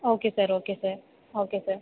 okay sir okay sir okay sir